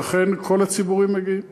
ואכן, כל הציבורים מגיעים.